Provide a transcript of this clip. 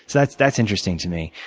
that's that's interesting to me.